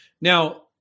now